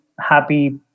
happy